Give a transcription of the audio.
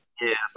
Yes